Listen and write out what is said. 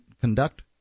conduct